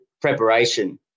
preparation